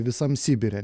visam sibire